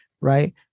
right